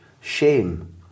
shame